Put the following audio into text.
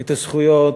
את הזכויות,